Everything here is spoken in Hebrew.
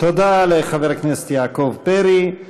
תודה לחבר הכנסת יעקב פרי.